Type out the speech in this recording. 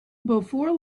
before